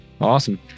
awesome